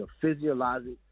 physiologic